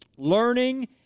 Learning